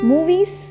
Movies